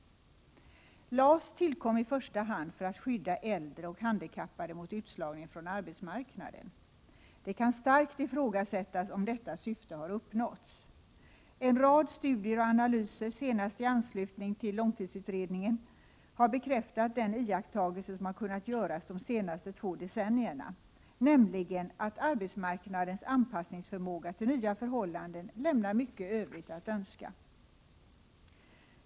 LAS tillkom i första hand för att skydda äldre och handikappade mot utslagning på arbetsmarknaden. Det kan starkt ifrågasättas om detta syfte har uppnåtts. En rad studier och analyser, senast i anslutning till LU 87, har bekräftat den iakttagelse som har kunnat göras de senaste två decennierna — nämligen att arbetsmarknadens förmåga att anpassa sig till nya förhållanden lämnar mycket övrigt att önska.